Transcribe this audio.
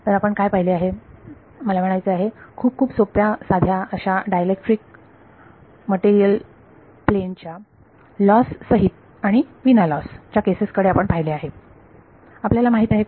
तर आपण काय पाहिले आहे मला म्हणायचे आहे खूप खूप सोप्या साध्या अशा डायलेक्ट्रिक मटेरियल प्लेन च्या लॉस सहित आणि विना लॉस च्या केसेस कडे आपण पाहिले आहे